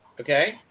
Okay